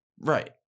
Right